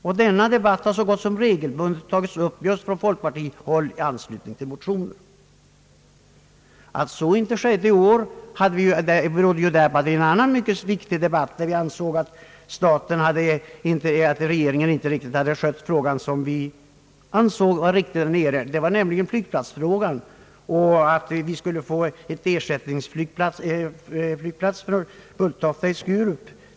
Och denna debatt har så gott som regelbundet tagits upp från folkpartihåll i anslutning till motioner. Att så inte skedde i år vid plenarsammanträdet i oktober, berodde på att vi hade en annan mycket viktig fråga som vi ansåg att regeringen inte heller hade skött på det sätt som vi där nere ansåg vara riktigt, nämligen frågan om att vi skulle få en ersättningsflygplats för Bulltofta i Sturup.